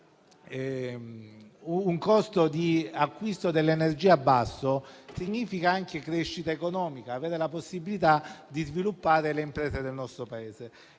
un costo di acquisto dell'energia basso significa anche crescita economica e possibilità di sviluppare le imprese del nostro Paese.